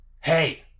Hey